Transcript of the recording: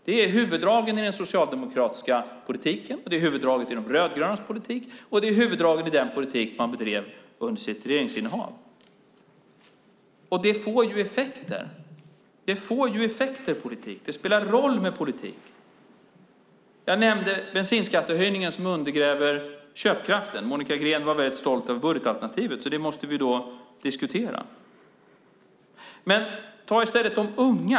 Det är huvuddragen i den socialdemokratiska politiken, det är huvuddraget i De rödgrönas politik och det är huvuddraget i den politik man bedrev under sitt regeringsinnehav. Det får effekter. Det spelar roll med politik. Jag nämnde bensinskattehöjningen som undergräver köpkraften. Monica Green var väldigt stolt över budgetalternativet, så det måste vi diskutera. Men ta i stället de unga!